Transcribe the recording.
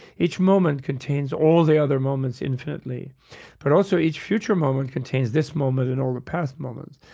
each moment contains all the other moments infinitely but also, each future moment contains this moment and all the past moments.